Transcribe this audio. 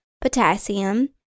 potassium